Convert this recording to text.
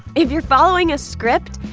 if you're following a script,